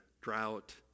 drought